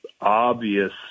obvious